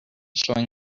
showing